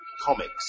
comics